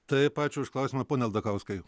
taip ačiū už klausimą pone aldakauskai